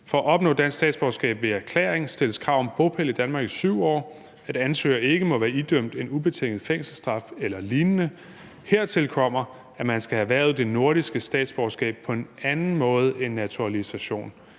For at opnå dansk statsborgerskab ved erklæring stilles der krav om bopæl i Danmark i 7 år, at ansøgeren ikke må være idømt en ubetinget fængselsstraf eller lignende, og hertil kommer, at man skal have erhvervet det nordiske statsborgerskab på en anden måde end ved naturalisation.